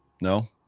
No